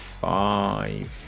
five